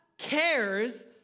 cares